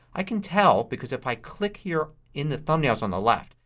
i can tell because if i click here in the thumbnails on the left,